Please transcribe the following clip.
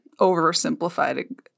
oversimplified